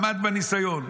ועמד בניסיון.